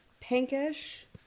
Pinkish